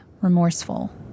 remorseful